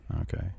Okay